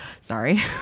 Sorry